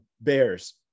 bears